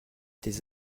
des